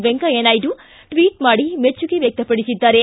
Venkaiah Naidu tweet ಮಾಡಿ ಮೆಚ್ಚುಗೆ ವ್ಯಕ್ತಪಡಿಸಿದ್ದಾರೆ